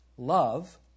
Love